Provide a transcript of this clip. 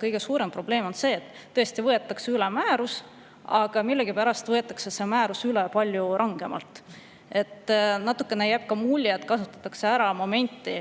kõige suurem probleem? See, et võetakse üle määrus, aga millegipärast võetakse see määrus üle palju rangemalt. Natukene jääb mulje, et kasutatakse ära momenti